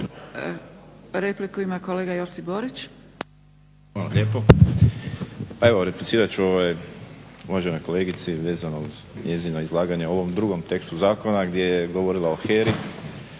Repliku ima kolega Josip Borić.